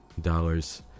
dollars